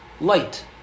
Light